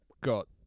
got